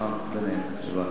בין היתר.